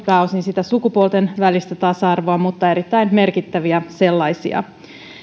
pääosin sitä sukupuolten välistä tasa arvoa mutta ovat erittäin merkittäviä